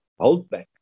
holdback